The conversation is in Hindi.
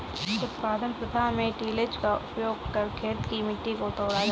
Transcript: उत्पादन प्रथा में टिलेज़ का उपयोग कर खेत की मिट्टी को तोड़ा जाता है